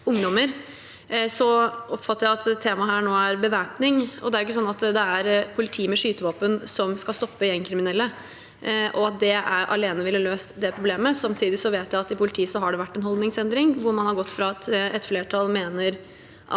ungdommer. Så oppfatter jeg at temaet her nå er bevæpning. Det er ikke sånn at det er politi med skytevåpen som skal stoppe gjengkriminelle, at det alene ville ha løst det problemet. Samtidig vet jeg at det har vært en holdningsendring i politiet. Man har gått fra at et flertall mener